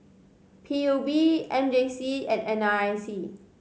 P U B M J C and N R I C